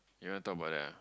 you want talk about that ah